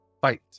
fight